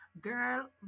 Girl